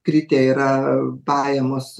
kritę yra pajamos